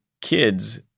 kids